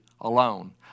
alone